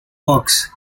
works